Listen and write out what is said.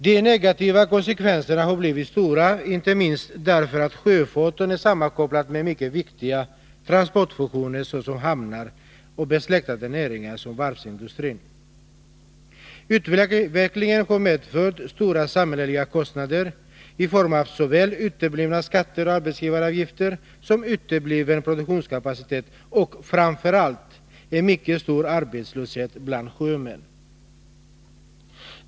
De negativa konsekvenserna har blivit stora, inte minst därför att sjöfarten är sammankopplad med mycket viktiga transportfunktioner såsom hamnar och besläktade näringar såsom varvsindustrin. Utvecklingen har medfört stora samhälleliga kostnader i form av såväl uteblivna skatter och arbetsgivaravgifter som utebliven produktionskapacitet och, framför allt, en mycket stor arbetslöshet bland sjömän.